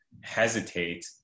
hesitate